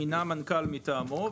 מינה מנכ"ל מטעמו,